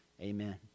amen